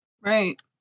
Right